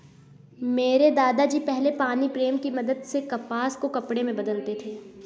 मेरे दादा जी पहले पानी प्रेम की मदद से कपास को कपड़े में बदलते थे